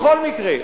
בכל מקרה,